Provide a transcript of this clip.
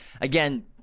again